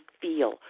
feel